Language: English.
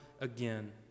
again